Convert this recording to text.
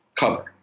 cover